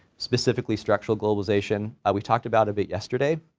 specifically structural globalization we've talked about a bit yesterday,